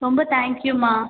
ரொம்ப தேங்க்யூமா